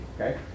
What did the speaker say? Okay